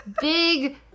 big